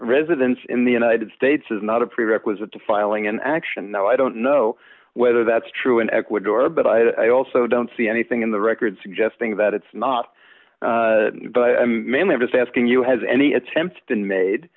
residence in the united states is not a prerequisite to filing an action though i don't know whether that's true in ecuador but i also don't see anything in the record suggesting that it's not but i'm just asking you has any attempt been made